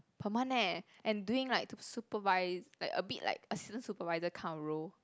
per month leh and doing like to supervise like a bit like assistant supervisor kind of role